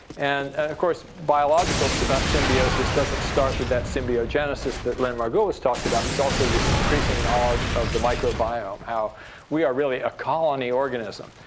and of course, biological symbiosis doesn't start with that symbiogenesis that lynn margulis talked about. there's also this increasing knowledge of the microbiome, how we are really a colony organism.